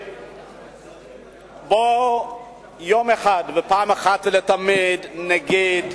בוא יום אחד ופעם אחת ולתמיד נגיד,